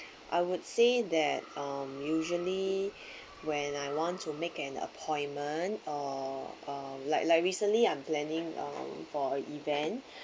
I would say that um usually when I want to make an appointment or uh like like recently I'm planning um for a event